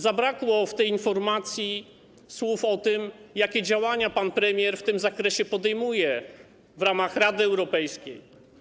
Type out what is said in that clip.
Zabrakło w tej informacji słów o tym, jakie działania pan premier w tym zakresie podejmuje w ramach Rady Europejskiej.